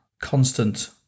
constant